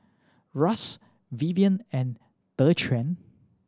Ras Vivien and Dequan